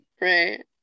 right